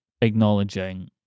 acknowledging